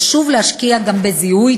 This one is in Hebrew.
חשוב להשקיע גם בזיהוי,